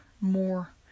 more